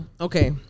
okay